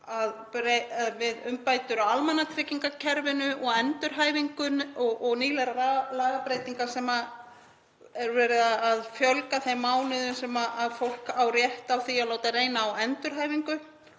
við umbætur á almannatryggingakerfinu og endurhæfingunni, nýlegar lagabreytingar þar sem er verið að fjölga þeim mánuðum sem fólk á rétt á því að láta reyna á endurhæfingu,